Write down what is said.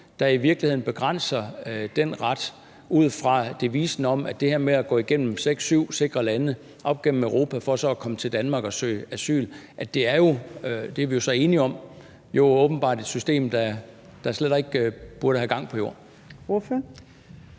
der i virkeligheden begrænser den ret, ud fra devisen om, at det her med at gå igennem seks, syv sikre lande op gennem Europa for så at komme til Danmark og søge asyl, jo åbenbart er – det er vi så enige om – et system, der slet ikke burde have gang på jord?